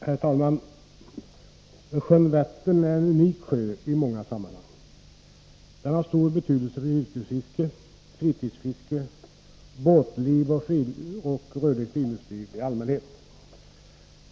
Herr talman! Vättern är en unik sjö i många sammanhang. Den har stor betydelse för yrkesfiske, fritidsfiske, båtliv och rörligt friluftsliv i allmänhet.